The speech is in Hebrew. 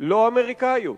לא אמריקניות,